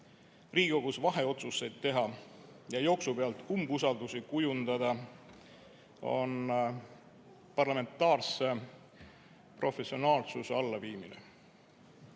Riigikogus vaheotsuseid teha ja jooksu pealt umbusalduse avaldamisi kujundada on parlamentaarse professionaalsuse allaviimine.